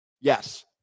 yes